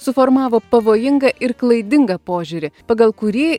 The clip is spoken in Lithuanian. suformavo pavojingą ir klaidingą požiūrį pagal kurį